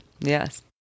Yes